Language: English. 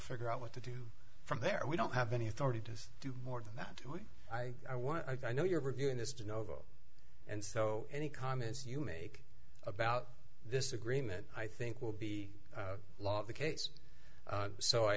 figure out what to do from there we don't have any authority to do more than that i i want i know you're reviewing this to nova and so any comments you make about this agreement i think will be a lot of the case so i